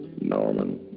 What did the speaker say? Norman